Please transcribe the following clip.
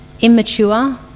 Immature